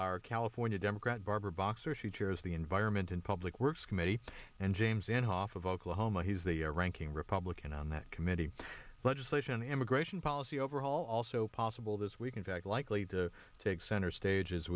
are california democrat barbara boxer she chairs the environment and public works committee and james inhofe of oklahoma he's the ranking republican on that committee legislation immigration policy overhaul also possible this week in fact likely to take center stage